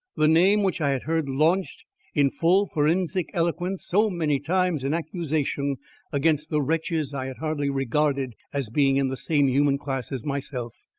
the name which i had heard launched in full forensic eloquence so many times in accusation against the wretches i had hardly regarded as being in the same human class as myself,